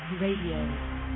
Radio